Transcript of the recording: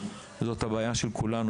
אלא בבעיה של כולנו.